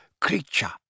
Creature